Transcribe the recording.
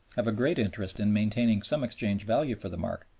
have a great interest in maintaining some exchange value for the mark,